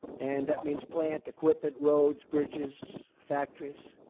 and that means plants, equipment, roads, bridges, factories.